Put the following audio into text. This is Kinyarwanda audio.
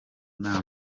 nta